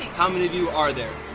how many of you are there?